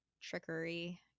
trickery